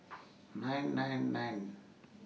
nine nine nine